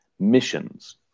missions